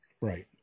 Right